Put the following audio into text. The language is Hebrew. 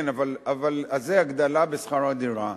כן, אבל זה הגדלה בשכר הדירה.